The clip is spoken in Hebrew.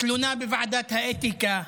תלונה בוועדת האתיקה.